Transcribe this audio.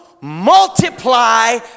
multiply